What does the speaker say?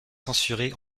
censuré